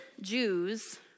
Jews